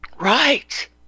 Right